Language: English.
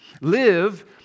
Live